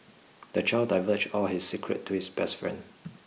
the child diverged all his secret to his best friend